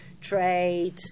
trade